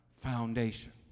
foundation